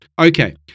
okay